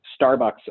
Starbucks